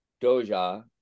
Doja